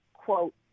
quote